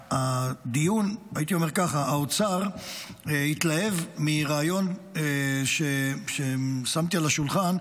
הייתי אומר ככה: האוצר התלהב מהרעיון ששמתי על השולחן,